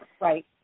Right